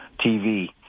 TV